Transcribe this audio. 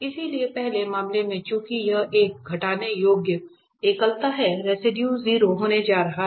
इसलिए पहले मामले में चूंकि यह एक हटाने योग्य एकलता है रेसिडुए 0 होने जा रहे हैं